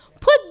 Put